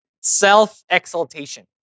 self-exaltation